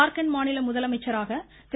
ஜார்கண்ட் மாநில முதலமைச்சராக திரு